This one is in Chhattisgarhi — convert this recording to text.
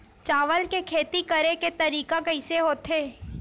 चावल के खेती करेके तरीका कइसे होथे?